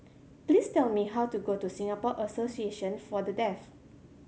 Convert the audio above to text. please tell me how to go to Singapore Association For The Deaf